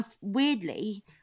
weirdly